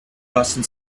lassen